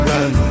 Run